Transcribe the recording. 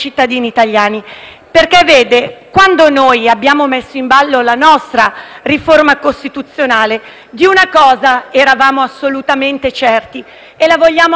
perché quando noi abbiamo messo in ballo la nostra riforma costituzionale, di una cosa eravamo assolutamente certi e la vogliamo ancora rivendicare: